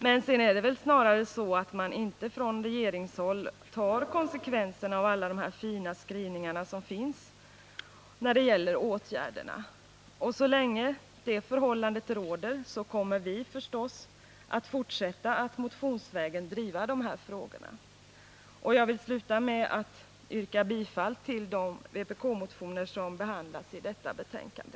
Vidare är det väl snarast så att man inte från regeringshåll tar konsekvenserna av alla de fina skrivningar som finns beträffande åtgärderna. Så länge det förhållandet råder kommer vi förstås att fortsätta att motionsvägen driva de här frågorna. Jag vill sluta med att yrka bifall till de vpk-motioner som behandlas i detta betänkande.